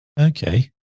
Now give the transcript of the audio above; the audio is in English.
Okay